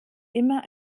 immer